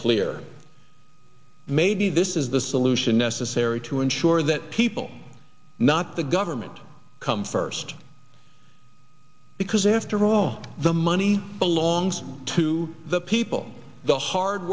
clear maybe this is the solution necessary to ensure that people not the government come first because after all the money belongs to the peep all the